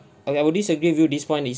I I would disagree with you this point is